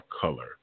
color